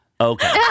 Okay